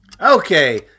okay